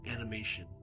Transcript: animation